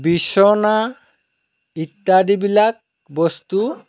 বিচনা ইত্যাদি বিলাক বস্তু